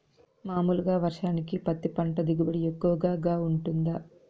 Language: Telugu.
మామూలుగా వర్షానికి పత్తి పంట దిగుబడి ఎక్కువగా గా వుంటుందా?